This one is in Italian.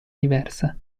diversa